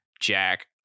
Jack